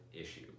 issue